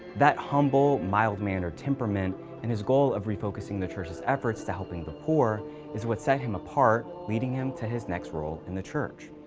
that humble, mild mannered temperament and his goal of refocusing the church's efforts to helping the poor is what set him apart, leading him to his next role in the church.